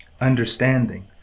Understanding